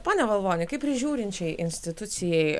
pone valvoni kaip prižiūrinčiai institucijai